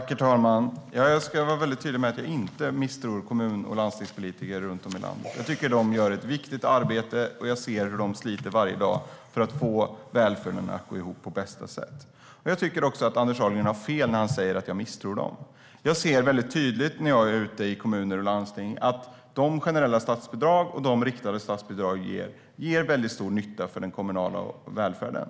Herr talman! Jag ska vara tydlig med att jag inte misstror kommun och landstingspolitiker runt om i landet. De gör ett viktigt arbete. Jag ser hur de sliter varje dag för att få välfärden att gå ihop på bästa sätt. Anders Ahlgren har fel när han säger att jag misstror dem. När jag är ute i kommuner och landsting ser jag tydligt att de generella statsbidragen och de riktade statsbidragen gör stor nytta för den kommunala välfärden.